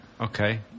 okay